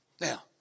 Now